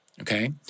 Okay